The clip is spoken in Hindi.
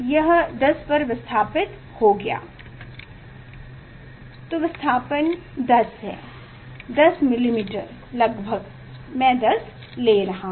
यह 10 पर विस्थापित हो गया है विस्थापन 10 है 10 मिलीमीटर लगभग मैं 10 ले रहा हूं